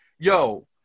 Yo